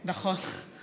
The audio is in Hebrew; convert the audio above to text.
נכון.